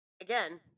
again